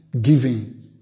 giving